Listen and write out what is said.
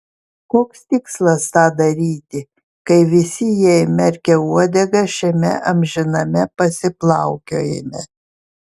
koks tikslas tą daryti kai visi jie įmerkę uodegas šiame amžiname pasiplaukiojime